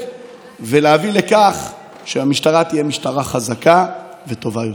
ולהביא לכך שהמשטרה תהיה משטרה חזקה וטובה יותר.